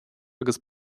agus